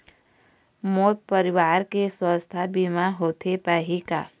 मोर परवार के सुवास्थ बीमा होथे पाही का?